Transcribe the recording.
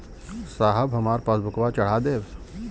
साहब हमार पासबुकवा चढ़ा देब?